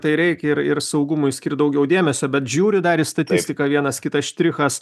tai reikia ir ir saugumui skirt daugiau dėmesio bet žiūriu dar į statistiką vienas kitas štrichas